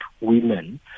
women